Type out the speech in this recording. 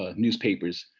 ah newspapers.